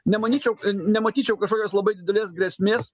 nemanyčiau nematyčiau kažkokios labai didelės grėsmės